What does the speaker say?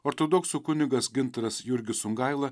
ortodoksų kunigas gintaras jurgis sungaila